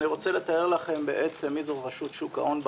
אני רוצה לתאר לכם בהתחלה בעצם מי זה רשות שוק ההון,